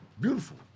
beautiful